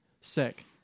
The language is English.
Sick